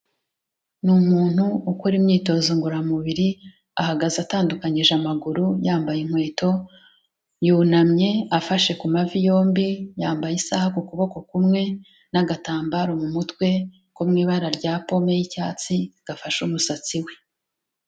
Ni umuntu ukora imyitozo ngororamubiri, ahagaze atandukanyije amaguru yambaye inkweto, yunamye afashe ku mavi yombi, yambaye isaha kuboko kumwe n'agatambaro mu mutwe ko mu ibara rya pome y'icyatsi gafashe umusatsi we.